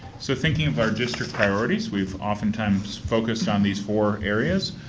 so, thinking of our district priorities, we've oftentimes focused on these four areas,